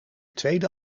tweede